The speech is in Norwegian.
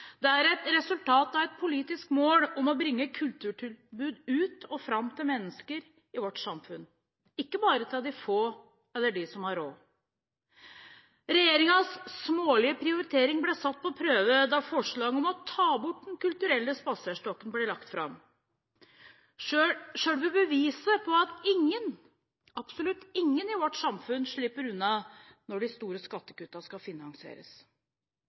resultatet av et politisk mål om å bringe kulturtilbud ut og fram til mennesker i vårt samfunn – ikke bare til de få eller til de som har råd. Regjeringens smålige prioriteringer ble satt på prøve da forslaget om å ta bort Den kulturelle spaserstokken ble lagt fram. Det er selve beviset på at ingen – absolutt ingen – i vårt samfunn slipper unna når de store skattekuttene skal finansieres.